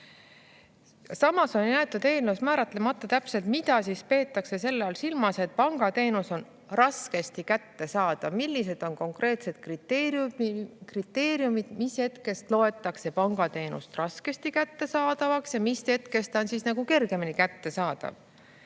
Samas on jäetud eelnõus täpselt määratlemata, mida peetakse silmas selle all, et pangateenus on raskesti kättesaadav, millised on konkreetsed kriteeriumid, mis hetkest loetakse pangateenus raskesti kättesaadavaks ja mis hetkest ta on kergemini kättesaadav.